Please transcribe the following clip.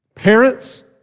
Parents